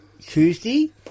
Tuesday